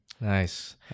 Nice